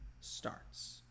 starts